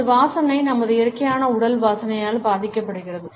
நமது வாசனை நமது இயற்கையான உடல் வாசனையால் பாதிக்கப்படுகிறது